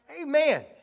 Amen